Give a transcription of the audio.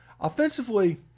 Offensively